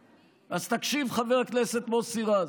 אז תקשיב, חבר הכנסת מוסי רז.